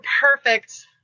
perfect